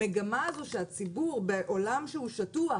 המגמה הזאת של הציבור בעולם שהוא שטוח